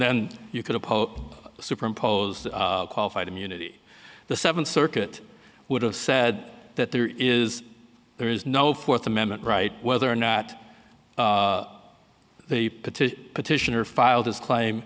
then you could have super imposed qualified immunity the seventh circuit would have said that there is there is no fourth amendment right whether or not the petition petition are filed his claim